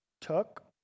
took